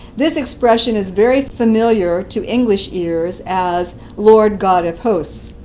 this expression is very familiar to english ears as lord god of hosts.